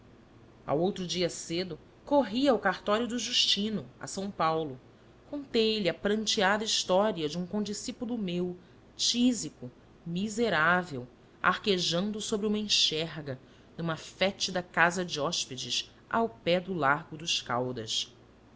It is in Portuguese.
ao outro dia cedo corri ao cartório do justino a são paulo contei-lhe a pranteada história de um condiscípulo meu tísico miserável arquejando sobre uma enxerga numa fétida casa de hóspedes ao pé do largo dos caídas